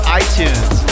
iTunes